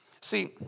See